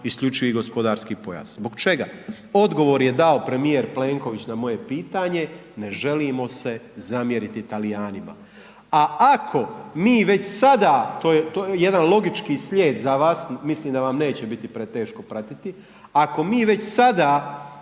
isključivi gospodarski pojas? Zbog čega? Odgovor je dao premijer Plenković na moje pitanje, ne želimo se zamjeriti Talijanima. A ako mi već sada, to je jedan logički slijed za vas, mislim da vam neće biti preteško pratiti, ako mi već sada